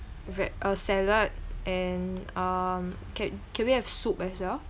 veg~ uh salad and um can can we have soup as well